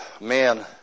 man